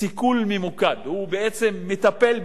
הוא מטפל בבעיה ספציפית,